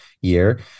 year